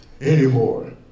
anymore